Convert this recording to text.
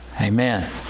Amen